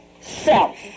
self